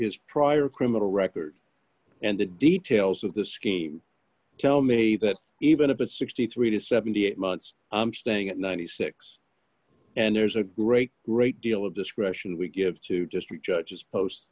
his prior criminal record and the details of the scheme tell me that even if it's sixty three to seventy eight months i'm staying at ninety six and there's a great great deal of discretion we give to district judges post